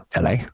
LA